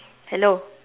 hello